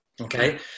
Okay